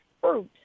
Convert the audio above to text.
fruit